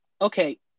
Okay